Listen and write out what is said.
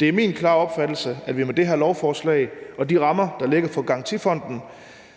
Det er min klare opfattelse, at vi med det her lovforslag og de rammer, der ligger for Garantifonden,